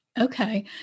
Okay